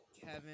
Kevin